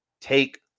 take